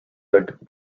that